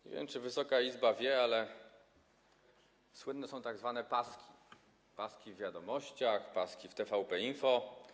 Nie wiem, czy Wysoka Izba wie, ale słynne są tzw. paski, paski w „Wiadomościach”, paski w TVP Info.